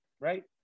right